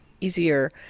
easier